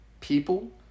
people